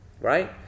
right